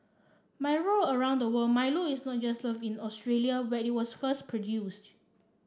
Milo around the world Milo is not just loved in Australia where it was first produced